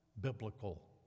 biblical